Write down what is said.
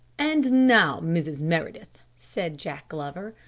and now, mrs. meredith, said jack glover,